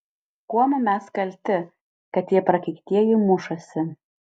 kuom mes kalti kad tie prakeiktieji mušasi